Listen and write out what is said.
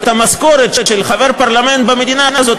את המשכורת של חבר פרלמנט במדינה הזאת,